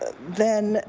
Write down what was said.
then